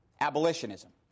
abolitionism